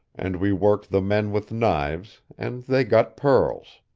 and we worked the men with knives, and they got pearls.